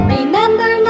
Remember